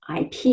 IP